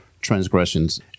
transgressions